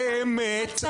אמת.